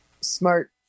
smart